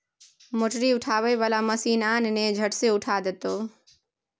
मोटरी उठबै बला मशीन आन ने झट सँ उठा देतौ